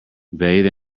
bathe